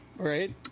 right